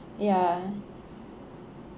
ya